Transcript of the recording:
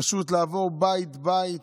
פשוט לעבור בית-בית,